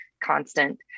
constant